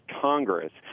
Congress